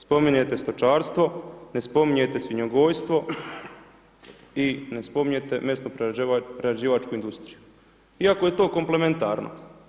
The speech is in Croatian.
Spominjete stočarstvo, ne spominjete svinjogojstvo i ne spominjete mesno-prerađivačku industriju iako je to komplementarno.